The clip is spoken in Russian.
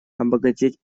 обогатить